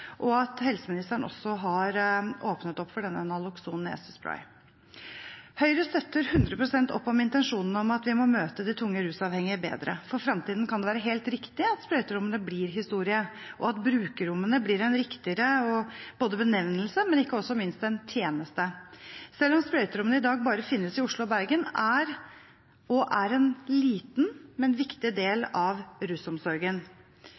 og at helseministeren også har åpnet for Nalokson nesespray. Høyre støtter hundre prosent opp om intensjonen om at vi må møte de tungt rusavhengige bedre. For fremtiden kan det være helt riktig at sprøyterommene blir historie, og at brukerrom blir en riktigere benevnelse, men ikke minst en bedre tjeneste. Selv om sprøyterommene i dag bare finnes i Oslo og Bergen, er dette en liten, men viktig del av rusomsorgen.